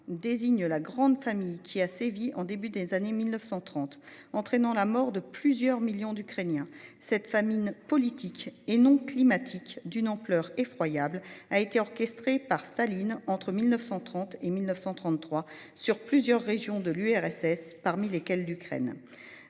désigne la grande famille qui a sévi en début des années 1930, entraînant la mort de plusieurs millions d'Ukrainiens cette famille politique et non climatique d'une ampleur effroyable a été orchestrée par Staline entre 1930 et 1933 sur plusieurs régions de l'URSS, parmi lesquels l'Ukraine